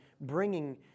bringing